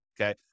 okay